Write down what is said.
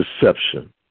deception